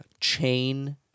chain